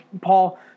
Paul